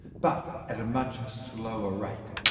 but at a much slower rate.